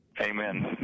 Amen